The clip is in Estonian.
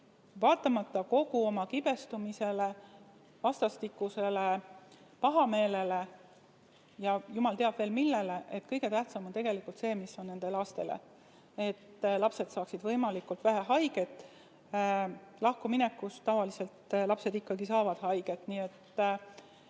hoolimata kogu oma kibestumusest, vastastikusest pahameelest ja jumal teab veel millest, et kõige tähtsam on tegelikult see, mis on nende lastele [hea], ja et lapsed saaksid võimalikult vähe haiget. Lahkuminekust tavaliselt lapsed ikkagi saavad haiget.